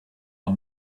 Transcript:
are